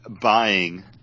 buying